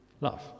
love